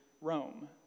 Rome